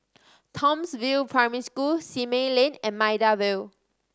Townsville Primary School Simei Lane and Maida Vale